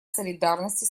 солидарности